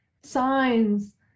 signs